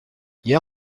hier